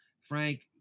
frank